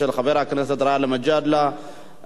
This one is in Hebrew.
לוועדת החוקה,